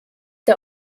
der